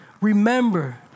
Remember